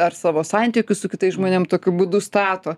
ar savo santykius su kitais žmonėms tokiu būdu stato